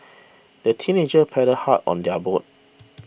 the teenagers paddled hard on their boat